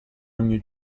ogni